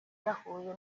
yahuye